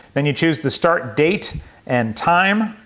then you choose the start date and time.